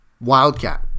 Wildcat